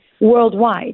worldwide